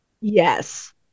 Yes